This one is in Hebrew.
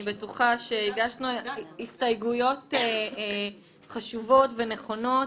אני בטוחה שהגשנו הסתייגויות חשובות ונכונות,